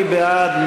מי בעד?